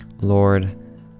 Lord